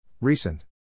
Recent